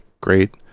great